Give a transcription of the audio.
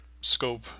scope